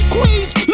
Queens